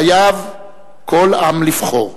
חייב כל עם לבחור,